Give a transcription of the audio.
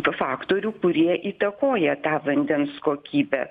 tų faktorių kurie įtakoja tą vandens kokybę